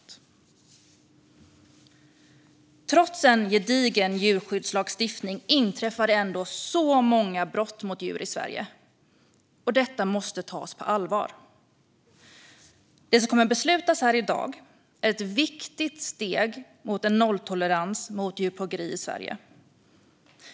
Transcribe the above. Trots en gedigen djurskyddslagstiftning inträffar det ändå så många brott mot djur i Sverige, och detta måste tas på allvar. Det som kommer att beslutas här i dag är ett viktigt steg mot en nolltolerans mot djurplågeri i Sverige.